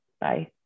Bye